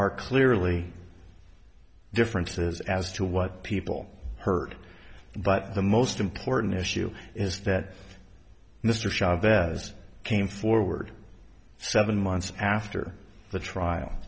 are clearly differences as to what people heard but the most important issue is that mr chavez came forward seven months after the trial